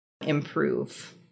Improve